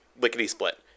lickety-split